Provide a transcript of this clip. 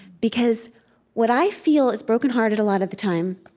because what i feel is brokenhearted a lot of the time.